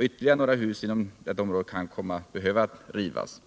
Ytterligare några hus inom detta område kan behöva rivas.